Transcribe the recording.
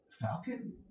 Falcon